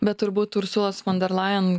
bet turbūt ursulos fonderlajen